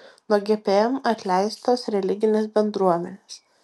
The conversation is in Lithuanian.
nuo gpm atleistos religinės bendruomenės